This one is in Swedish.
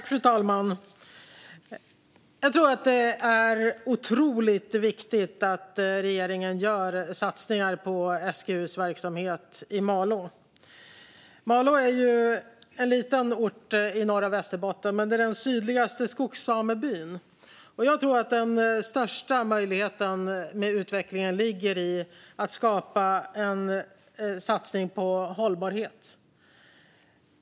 Fru talman! Det är otroligt viktigt att regeringen gör satsningar på SGU:s verksamhet i Malå. Malå är en liten ort i norra Västerbotten, men det är den sydligaste skogssamebyn. Jag tror att den största möjligheten till utveckling ligger i att skapa en satsning på hållbarhet.